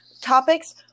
topics